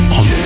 on